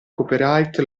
copyright